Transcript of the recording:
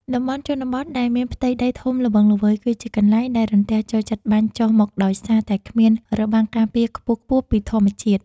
តំបន់ជនបទដែលមានផ្ទៃដីធំល្វឹងល្វើយគឺជាកន្លែងដែលរន្ទះចូលចិត្តបាញ់ចុះមកដោយសារតែគ្មានរបាំងការពារខ្ពស់ៗពីធម្មជាតិ។